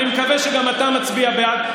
אני מקווה שגם אתה מצביע בעד.